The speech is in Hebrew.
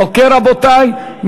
אוקיי, רבותי?